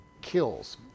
kills